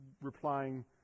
replying